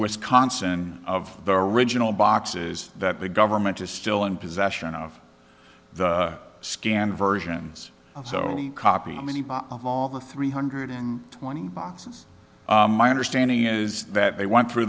wisconsin of their original boxes that the government is still in possession of the scan versions so copy many of all the three hundred twenty boxes my understanding is that they went through